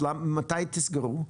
אז מתי תסגרו?